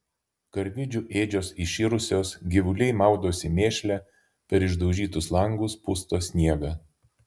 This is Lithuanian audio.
karvidžių ėdžios iširusios gyvuliai maudosi mėšle per išdaužytus langus pusto sniegą